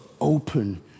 open